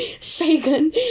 shaken